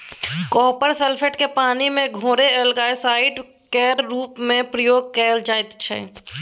copper sulphate केँ पानि मे घोरि एल्गासाइड केर रुप मे प्रयोग कएल जाइत छै